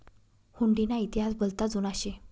हुडी ना इतिहास भलता जुना शे